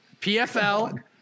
PFL